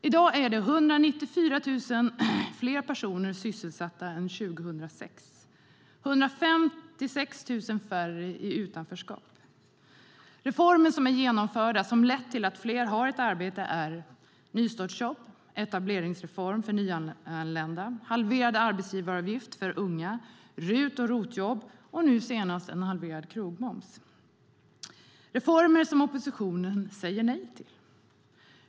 I dag är 194 000 fler personer sysselsatta än 2006. Det är 156 000 färre i utanförskap. Reformer som är genomförda och som har lett till att fler har ett arbete är nystartsjobb, etableringsreform för nyanlända, halverad arbetsgivaravgift för unga, RUT och ROT-jobb och nu senast halverad krogmoms. Det är reformer som oppositionen säger nej till.